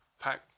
pack